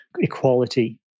equality